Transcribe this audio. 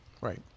right